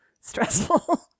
stressful